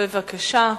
בבקשה.